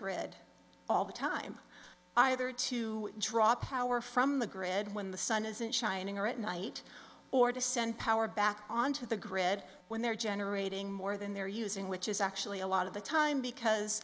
grid all the time either to draw power from the grid when the sun isn't shining or at night or to send power back onto the grid when they're generating more than they're using which is actually a lot of the time because